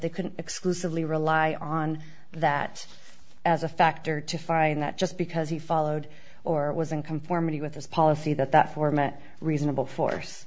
they couldn't exclusively rely on that as a factor to find that just because he followed or was in conformity with this policy that that format reasonable force